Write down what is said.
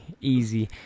easy